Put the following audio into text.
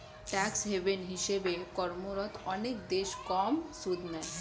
tax haven হিসেবে কর্মরত অনেক দেশ কম সুদ নেয়